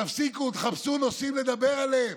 תפסיקו, תחפשו נושאים לדבר עליהם.